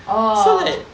orh